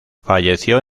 falleció